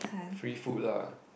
free food lah